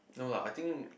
no lah I think